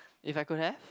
if I could have